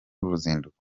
uruzinduko